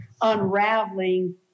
unraveling